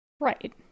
right